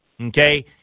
okay